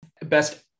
best